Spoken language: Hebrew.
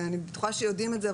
ואני בטוחה שיודעים את זה,